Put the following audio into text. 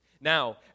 Now